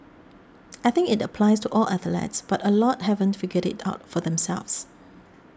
I think it applies to all athletes but a lot haven't figured it out for themselves